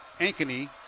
Ankeny